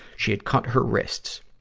she had cut her wrists.